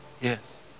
yes